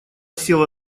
села